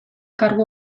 kargu